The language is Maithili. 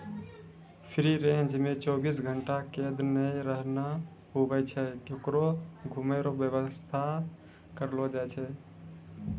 फ्री रेंज मे चौबीस घंटा कैद नै रहना हुवै छै होकरो घुमै रो वेवस्था करलो जाय छै